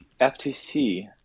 FTC